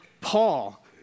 Paul